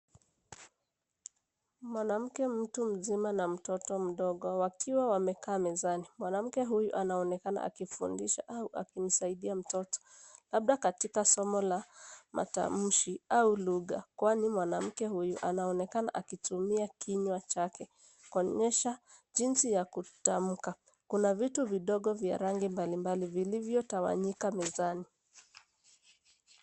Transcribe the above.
Mwanamke mtu mzima na mtoto mdogo wakiwa wamekaa mezani, mwanamke huyu anaonekana akifundisha au akimsaidia mtoto. Labda katika somo la matamshi au lugha, kwani mwanamke huyu anaonekana akitumia kinywa chake kuonyesha jinsi ya kutamka. Kuna vitu vidogo vya rangi mbalimbali vilivyotawanyika mezani.